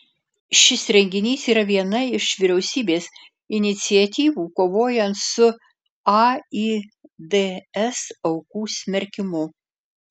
šis renginys yra viena iš vyriausybės iniciatyvų kovojant su aids aukų smerkimu